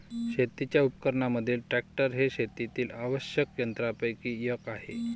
शेतीच्या उपकरणांमधील ट्रॅक्टर हे शेतातील आवश्यक यंत्रांपैकी एक आहे